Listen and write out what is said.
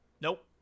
Nope